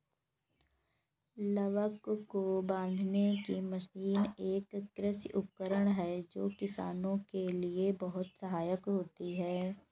लावक को बांधने की मशीन एक कृषि उपकरण है जो किसानों के लिए बहुत सहायक होता है